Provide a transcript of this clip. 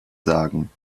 sagen